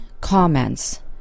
comments